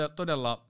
todella